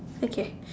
okay